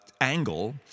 angle